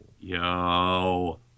Yo